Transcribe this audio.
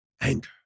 anger